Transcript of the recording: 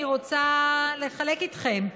אני רוצה לחלוק איתכם,